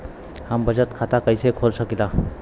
हम बचत खाता कईसे खोल सकिला?